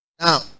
now